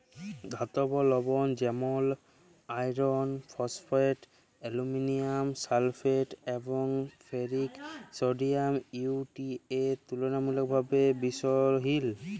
ধাতব লবল যেমল আয়রল ফসফেট, আলুমিলিয়াম সালফেট এবং ফেরিক সডিয়াম ইউ.টি.এ তুললামূলকভাবে বিশহিল